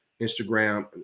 Instagram